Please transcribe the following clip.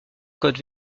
code